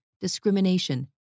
discrimination